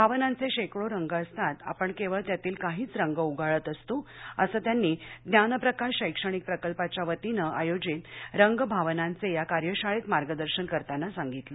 भावनांचे शेकडो रंग असतात आपण केवळ त्यातील काहीच रंग उगाळत असतो असं त्यांनी ज्ञानप्रकाश शैक्षणिक प्रकल्पाच्या वतीने आयोजित रंग भावनांचे या कार्यशाळेत मार्गदर्शन करताना सांगितलं